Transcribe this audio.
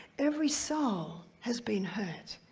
every soul has been hurt.